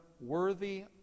worthy